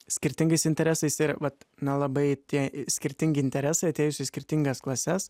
skirtingais interesais ir vat nelabai tie skirtingi interesai atėjus į skirtingas klases